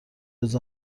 روز